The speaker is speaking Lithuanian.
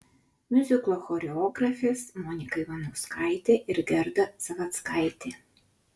miuziklo choreografės monika ivanauskaitė ir gerda zavadzkaitė